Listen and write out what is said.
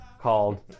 called